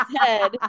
head